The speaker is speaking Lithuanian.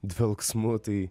dvelksmu tai